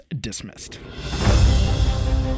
Dismissed